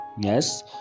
Yes